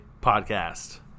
podcast